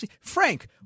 Frank